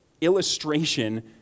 illustration